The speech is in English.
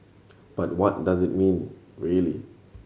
but what does it mean really